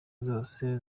zose